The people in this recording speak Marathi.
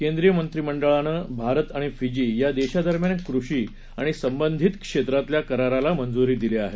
केंद्रीय मंत्रिमंडळाने भारत आणि फिजी या देशादरम्यान कृषी आणि संबंधित क्षेत्रातल्या कराराला मजूंरी दिली आहे